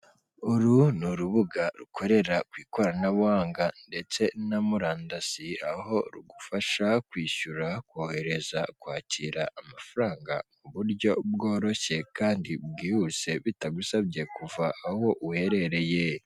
Uru ni urubuga rukorera ku ikoranabuhanga ndetse na murandasi, aho rugufasha kwishyura, kohereza kwakira amafaranga, ku buryo bworoshye kandi bwihuse, bitagusabye kuva aho uherereye.